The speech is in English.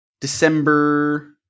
December